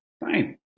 Fine